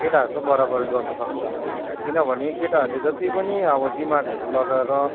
केटाहरूको बराबरी गर्नु सक्छ किनभने केटाहरूले जति पनि अब दिमागहरू लगाएर